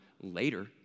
later